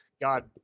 God